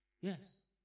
Yes